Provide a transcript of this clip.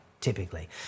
typically